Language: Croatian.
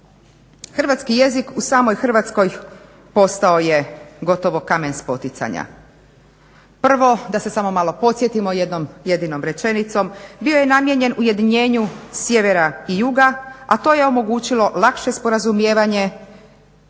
hrvatski jezik u samoj Hrvatskoj postao je gotovo kamen spoticanja. Prvo da se samo malo podsjetimo jednom jedinom rečenicom, bio je namijenjen u ujedinjenju sjevera i juga, a to je omogućilo lakše sporazumijevanje